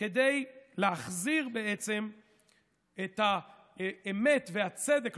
כדי להחזיר בעצם את האמת ואת הצדק.